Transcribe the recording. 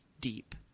deep